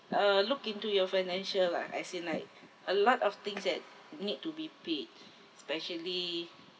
uh look into your financial lah as in like a lot of things that need to be paid especially